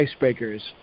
icebreakers